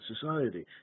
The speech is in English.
society